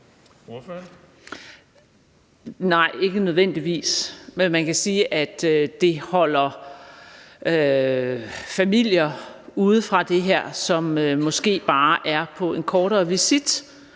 Nej, ikke nødvendigvis, men man kan sige, at det holder familier, som måske bare er på en kortere visit